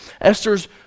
Esther's